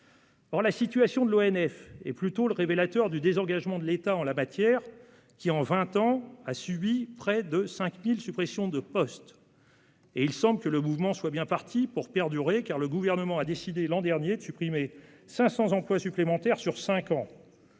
Or la situation de l'ONF est plutôt révélatrice du désengagement de l'État en la matière. En vingt ans, cet organisme a connu près de 5 000 suppressions de postes. Et il semble que le mouvement soit bien parti pour durer, le Gouvernement ayant décidé l'an dernier de supprimer 500 emplois supplémentaires sur cinq ans.